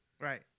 Right